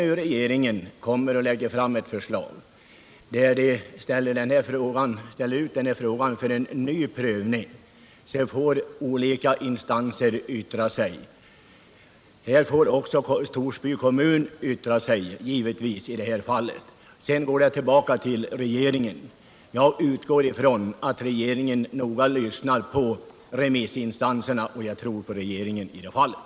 Nu lägger regeringen fram ett förslag, som innebär att den här frågan skall underkastas en ny prövning, och då får olika instanser yttra sig. Torsby kommun får givetvis också yttra sig. Sedan går ärendet tillbaka till regeringen. Jag utgår ifrån att regeringen noga lyssnar till remissinstanserna, och jag tror på regeringen i det fallet.